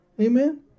amen